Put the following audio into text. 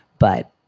but.